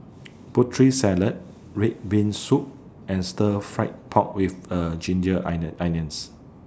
Putri Salad Red Bean Soup and Stir Fried Pork with A Ginger Onions